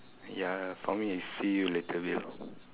ya for me is see you later Bill